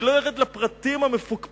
אני לא ארד לפרטים המפוקפקים,